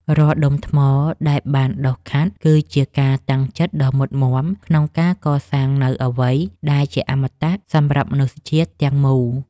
រាល់ដុំថ្មដែលបានដុសខាត់គឺជាការតាំងចិត្តដ៏មុតមាំក្នុងការកសាងនូវអ្វីដែលជាអមតៈសម្រាប់មនុស្សជាតិទាំងមូល។